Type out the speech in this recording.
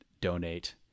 donate